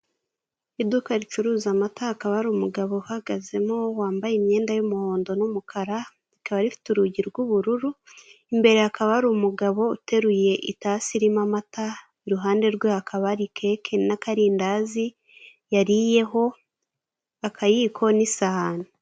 Iduka ricuruza amata, hakaba hari umugabo uhagazemo wambaye imyenda y'umuhondo n'umukara, rikaba rifite urugi rw'ubururu, imbere hakaba hari umugabo uteruye itasi irimo amata, iruhande rwe hakaba hari keke n'akarindandazi yariyeho, akayiko, n'isahani.